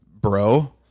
bro